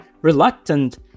reluctant